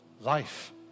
Life